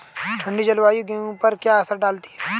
ठंडी जलवायु गेहूँ पर क्या असर डालती है?